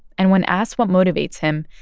and when asked what motivates him,